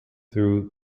through